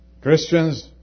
Christians